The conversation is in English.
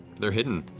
they're hidden.